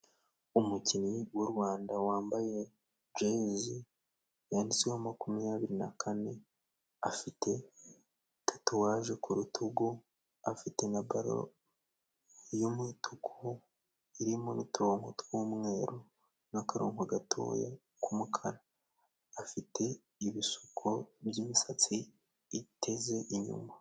Umukinnyi w'u Rwanda wambaye jeze yanditseho makumyabiri na kane, afite tatuwaje ku rutugu, afite na balo y'umutuku irimo n'uturongo tw'umweru n'akarongo gatoya k'umukara, afite ibisuko by'imisatsi iteze inyuma.